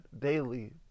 daily